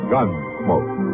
Gunsmoke